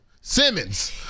simmons